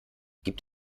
gibt